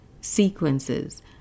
sequences